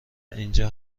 اینجا